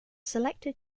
selected